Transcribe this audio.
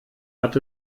hat